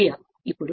ఇప్పుడు సమీకరణం 4